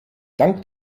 dank